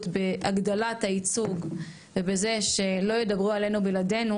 בהגדלת הייצוג ובזה שלא ידברו עלינו בלעדינו.